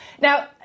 Now